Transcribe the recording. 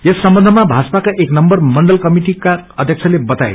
यस सम्बन्धमा भाजपाको एक न्म्बर मण्डल कमिटिका अध्यक्षले बताए